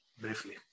briefly